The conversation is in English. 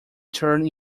turn